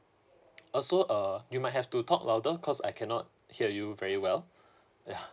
uh so uh you might have to talk louder cause I cannot hear you very well yeah